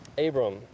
Abram